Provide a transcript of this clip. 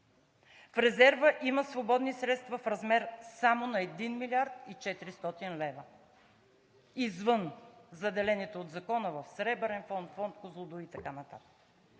В резерва има свободни средства в размер само на 1 млрд. 400 лв., извън заделените от закона в Сребърния фонд, фонд „Козлодуй“ и така нататък.